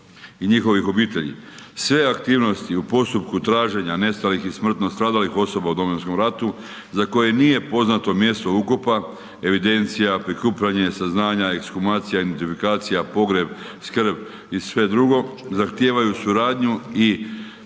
i njihovih obitelji. Sve aktivnosti u postupku traženja nestalih i smrtno stradalih osoba u Domovinskom ratu, za koje nije poznato mjesto ukopa, evidencija, prikupljanje saznanja, ekshumacija, identifikacija, pogreb, skrb i sve drugo zahtijevaju suradnju i